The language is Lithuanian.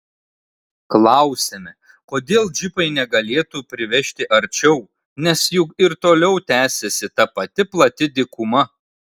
klausiame kodėl džipai negalėtų privežti arčiau nes juk ir toliau tęsiasi ta pati plati dykuma